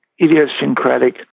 idiosyncratic